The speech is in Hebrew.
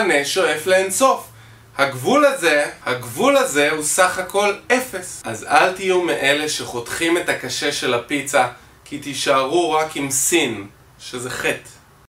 שואף לאינסוף, הגבול הזה הגבול הזה, הוא סך הכל אפס. אז אל תהיו מאלה שחותכים את הקשה של הפיצה כי תישארו רק עם סין שזה חטא.